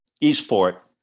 Eastport